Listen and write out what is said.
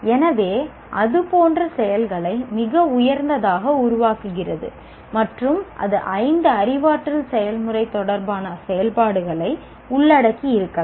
எனவே அதுபோன்ற செயல்களை மிக உயர்ந்ததாக உருவாக்குகிறது மற்றும் அது ஐந்து அறிவாற்றல் செயல்முறை தொடர்பான செயல்பாடுகளை உள்ளடக்கியிருக்கலாம்